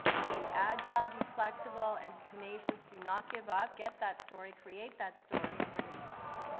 be agile, be flexible, and tenacious, do not give up, get that story, create that story, and bring it to life.